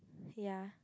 ya